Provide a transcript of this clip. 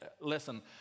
Listen